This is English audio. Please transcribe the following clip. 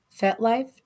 fetlife